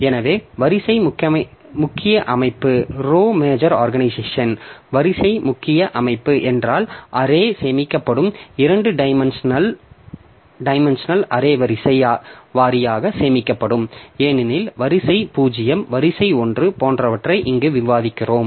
எனவே வரிசை முக்கிய அமைப்பு என்றால் அரே சேமிக்கப்படும் 2 டைமென்ஷனல் அரே வரிசை வாரியாக சேமிக்கப்படும் ஏனெனில் வரிசை 0 வரிசை 1 போன்றவற்றை இங்கு விவாதிக்கிறோம்